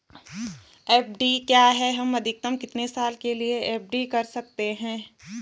FD क्या है हम अधिकतम कितने साल के लिए एफ.डी कर सकते हैं?